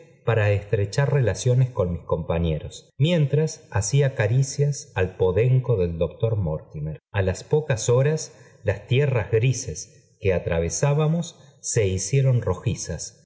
para estrechar relaciones con mis compañeros mientras hacía caricias al podenco del doctor mortimer a las pocas horas las tierras grises que atravesábamos se hicieron rojizas